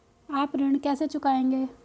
आप ऋण कैसे चुकाएंगे?